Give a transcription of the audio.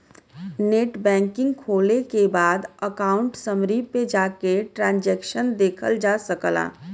net banking खोले के बाद अकाउंट समरी पे जाके ट्रांसैक्शन देखल जा सकला